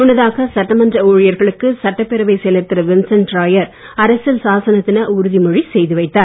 முன்னதாக சட்டமன்ற ஊழியர்களுக்கு சட்டப்பேரவை செயலர் திரு வின்சென்ட் ராயர் அரசியல் சாசன தின உறுதிமொழி செய்து வைத்தார்